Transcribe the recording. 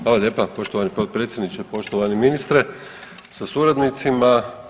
Hvala lijepa poštovani potpredsjedniče, poštovani ministre sa suradnicima.